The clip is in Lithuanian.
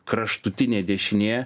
kraštutinė dešinė